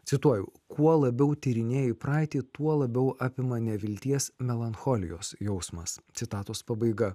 cituoju kuo labiau tyrinėju praeitį tuo labiau apima nevilties melancholijos jausmas citatos pabaiga